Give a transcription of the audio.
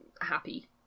happy